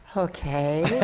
okay.